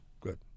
good